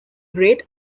great